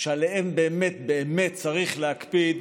שעליהם באמת באמת צריך להקפיד